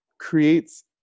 creates